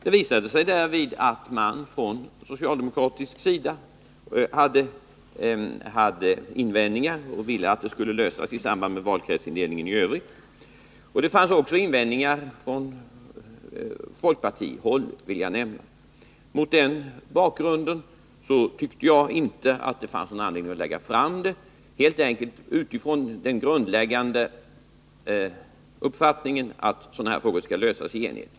Det visade sig därvid att man från socialdemokratisk sida hade invändningar och ville att frågan skulle lösas i samband med valkretsindelningen i övrigt. Jag vill också nämna att det fanns invändningar även på folkpartihåll. Mot den bakgrunden tyckte jag att det inte fanns anledning att lägga fram någon proposition med hänsyn till den grundläggande uppfattningen att sådana här frågor bör lösas i enighet.